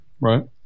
Right